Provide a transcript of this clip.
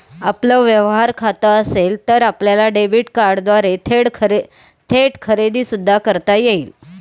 आपलं व्यवहार खातं असेल तर आपल्याला डेबिट कार्डद्वारे थेट खरेदी सुद्धा करता येईल